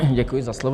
Děkuji za slovo.